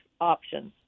Options